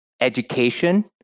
education